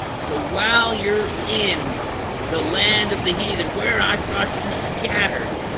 so while you're in the land of the heathen where i've got you scattered